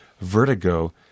Vertigo